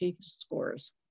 scores